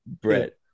Brett